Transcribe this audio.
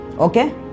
Okay